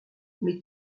mais